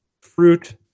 Fruit